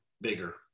bigger